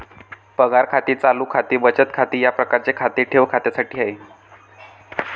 पगार खाते चालू खाते बचत खाते या प्रकारचे खाते ठेव खात्यासाठी आहे